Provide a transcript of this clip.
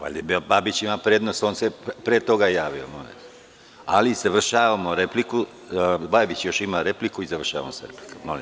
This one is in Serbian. Valjda Babić ima prednost, on se pre toga javio, ali završavamo repliku, Babić još ima repliku i završavamo sa replikama.